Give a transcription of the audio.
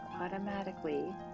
automatically